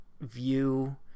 view